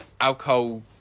alcohol